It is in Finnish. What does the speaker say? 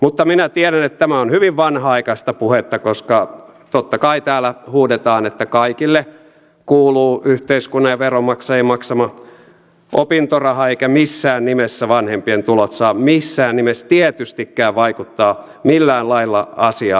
mutta minä tiedän että tämä on hyvin vanhanaikaista puhetta koska totta kai täällä huudetaan että kaikille kuuluu yhteiskunnan ja veronmaksajien maksama opintoraha eivätkä missään nimessä vanhempien tulot saa missään nimessä tietystikään vaikuttaa millään lailla asiaan